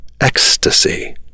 ecstasy